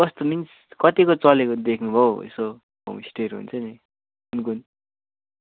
कस्तो मिन्स कतिको चलेको देख्नु भयो हौ यसो होमस्टेहरू हुन्छ नि कुन कुन